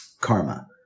karma